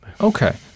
Okay